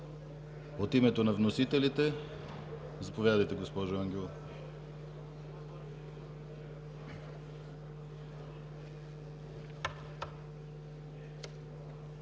От името на вносителите – заповядайте, госпожо Ангелова.